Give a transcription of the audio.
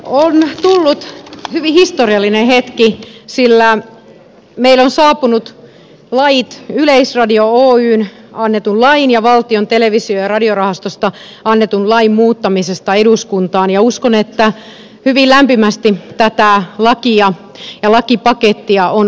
on tullut hyvin historiallinen hetki sillä meille eduskuntaan on saapunut lakiesitys yleisradio oystä annetun lain ja valtion televisio ja radiorahastosta annetun lain muuttamisesta ja uskon että hyvin lämpimästi tätä lakia ja lakipakettia on odotettu